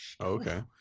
Okay